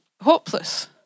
hopeless